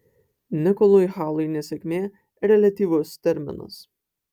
nikolui halui nesėkmė reliatyvus terminas